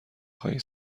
خواهی